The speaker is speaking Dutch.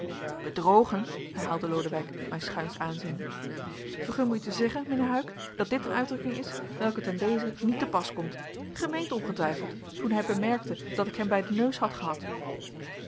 bedrogen herhaalde lodewijk mij schuins aanziende vergun mij u te zeggen mijnheer huyck dat dit een uitdrukking is welke ten dezen niet te pas komt gij meent ongetwijfeld toen hij bemerkte dat ik hem bij den neus had gehad